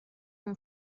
اون